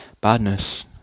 badness